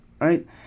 right